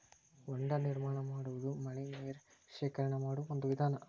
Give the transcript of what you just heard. ಹೊಂಡಾ ನಿರ್ಮಾಣಾ ಮಾಡುದು ಮಳಿ ನೇರ ಶೇಖರಣೆ ಮಾಡು ಒಂದ ವಿಧಾನಾ